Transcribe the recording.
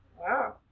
Wow